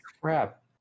crap